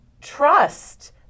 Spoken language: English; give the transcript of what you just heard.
trust